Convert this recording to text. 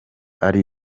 ari